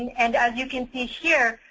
and and as you can see here,